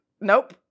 Nope